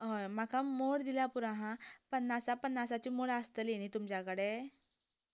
हय म्हाका मोड दिल्यार पुरो हा पन्नासा पन्नासाची मोड आसतली न्ही तुमच्या कडेन